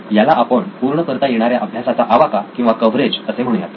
याला आपण पूर्ण करता येणाऱ्या अभ्यासाचा आवाका किंवा कव्हरेज असे म्हणूयात